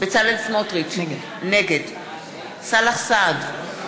בצלאל סמוטריץ, נגד סאלח סעד,